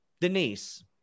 Denise